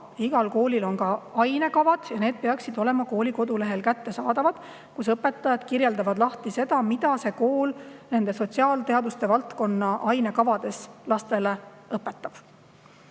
igal koolil on ka ainekavad ja need peaksid olema kooli kodulehel kättesaadavad. Õpetajad kirjeldavad neis, mida see kool nende sotsiaalteaduste valdkonna ainekavades lastele õpetab.